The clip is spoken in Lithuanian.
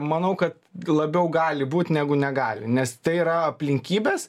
manau kad labiau gali būt negu negali nes tai yra aplinkybės